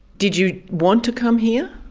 did you want to come here?